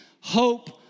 hope